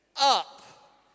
up